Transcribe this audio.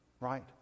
right